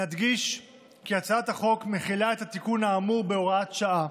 נדגיש כי הצעת החוק מחילה את התיקון האמור בהוראת שעה